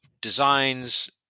designs